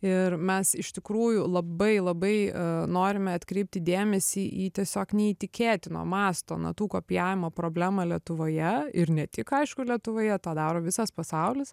ir mes iš tikrųjų labai labai norime atkreipti dėmesį į tiesiog neįtikėtino masto natų kopijavimo problemą lietuvoje ir ne tik aišku lietuvoje tą daro visas pasaulis